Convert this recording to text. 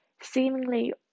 seemingly